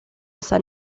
san